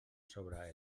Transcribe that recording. sobre